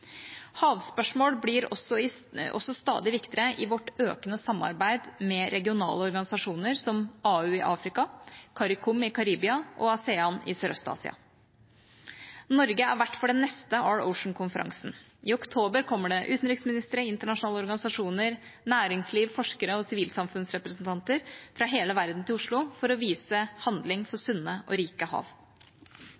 Havspørsmål blir også stadig viktigere i vårt økende samarbeid med regionale organisasjoner, som AU i Afrika, CARICOM i Karibia, og ASEAN i Sørøst-Asia. Norge er vert for den neste Our Ocean-konferansen. I oktober kommer utenriksministre, internasjonale organisasjoner, næringsliv, forskere og sivilsamfunnsrepresentanter fra hele verden til Oslo for vise handling for